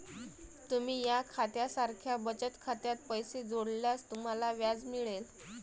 तुम्ही या खात्या सारख्या बचत खात्यात पैसे जोडल्यास तुम्हाला व्याज मिळेल